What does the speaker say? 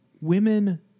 women